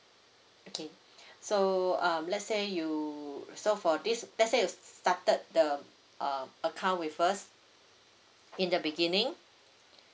okay so uh let's say you so for this let's say you started the uh account with us in the beginning